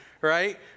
right